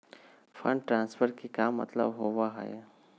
Fund transfer के का मतलब होव हई?